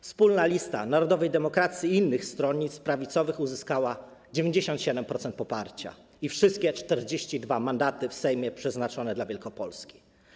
Wspólna lista Narodowej Demokracji i innych stronnictw prawicowych uzyskała 97% poparcia i wszystkie 42 mandaty w Sejmie przeznaczone dla Wielkopolski.